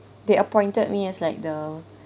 they appointed me as like the